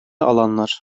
alanlar